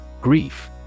Grief